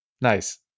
Nice